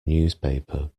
newspaper